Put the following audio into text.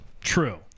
true